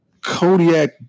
Kodiak